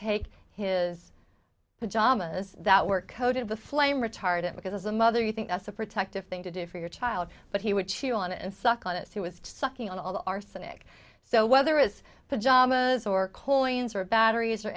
take his pajamas that were coated with flame retardant because as a mother you think that's a protective thing to do for your child but he would chew on it and suck on it so he was sucking on all the arsenic so whether it's pajamas or coins or batteries or